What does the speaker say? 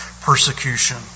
persecution